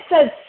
says